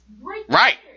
Right